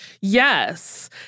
Yes